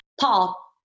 Paul